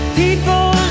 people